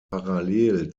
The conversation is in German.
parallel